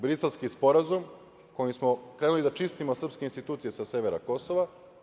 Briselski sporazum kojim smo krenuli da čistimo srpske institucije sa severa Kosova.